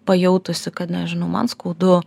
pajautusi kad nežinau man skaudu